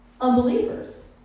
unbelievers